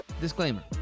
Disclaimer